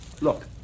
Look